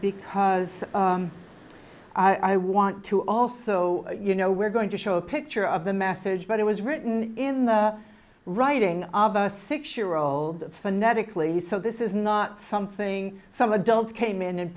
because i want to also you know we're going to show a picture of the message but it was written in the writing of a six year old phonetically so this is not something some adult came in and